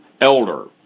elder